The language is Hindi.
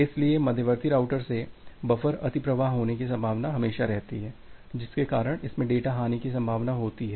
इसलिए मध्यवर्ती राउटर से बफर अतिप्रवाह होने की संभावना हमेशा रहती है जिसके कारण इससे डेटा हानि की संभावना होती है